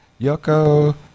Yoko